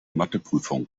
matheprüfung